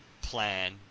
plan